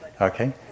Okay